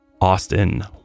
Austin